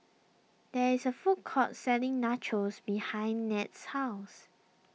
there is a food court selling Nachos behind Ned's house